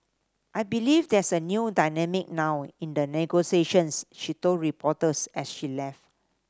I believe there's a new dynamic now in the negotiations she told reporters as she left